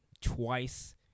twice